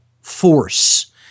force